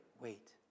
Wait